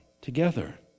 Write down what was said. together